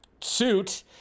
suit